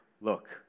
look